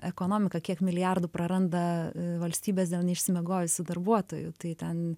ekonomika kiek milijardų praranda valstybės dėl neišsimiegojusių darbuotojų tai ten